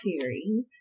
theory